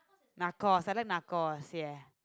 narcos I like narcos ya